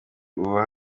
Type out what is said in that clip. buba